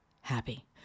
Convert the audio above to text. happy